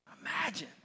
Imagine